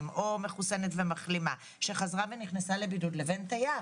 או מחוסנת ומחלימה שחזרה ונכנסה לבידוד לבין תייר?